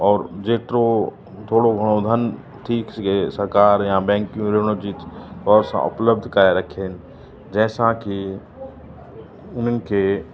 और जेतिरो थोड़ो घणो धन थी सघे सरकार या बैंकियूं रिणोजित तौरु सां उपलब्धु कराए रखेन जंहिंसां की उन्हनि खे